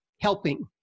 helping